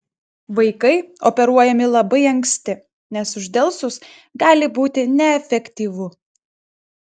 vaikai operuojami labai anksti nes uždelsus gali būti neefektyvu